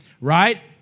right